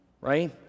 Right